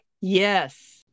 Yes